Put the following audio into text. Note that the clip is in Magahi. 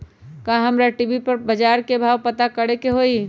का हमरा टी.वी पर बजार के भाव पता करे के होई?